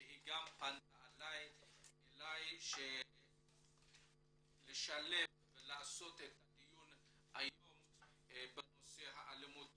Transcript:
שגם פנתה אליי לשלב בדיון היום את נושא האלימות